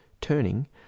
turning